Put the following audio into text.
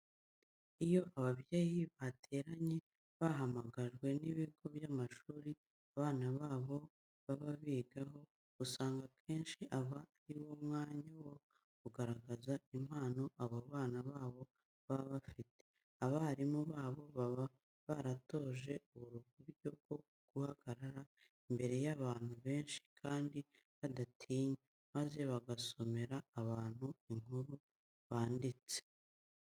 Iyo ababyeyi bateranye bahamagajwe n'ibigo by'amashuri abana babo baba bigaho, usanga akenshi aba ari wo mwanya wo kugaragaza impano abo bana babo baba bafite. Abarimu babo baba barabatoje uburyo bwo guhagarara imbere y'abantu benshi kandi badatinya maze bagasomera abantu inkuru banditse.